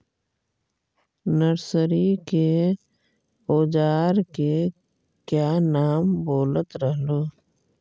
Nursery के ओजार के क्या नाम बोलत रहलू?